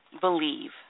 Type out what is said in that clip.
believe